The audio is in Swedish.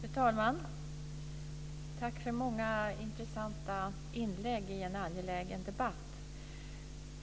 Fru talman! Tack för många intressanta inlägg i en angelägen debatt!